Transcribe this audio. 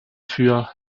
für